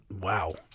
Wow